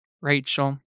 Rachel